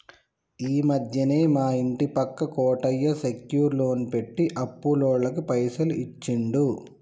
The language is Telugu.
ఈ మధ్యనే మా ఇంటి పక్క కోటయ్య సెక్యూర్ లోన్ పెట్టి అప్పులోళ్లకు పైసలు ఇచ్చిండు